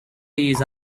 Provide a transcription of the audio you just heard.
use